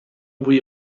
بوی